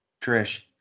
Trish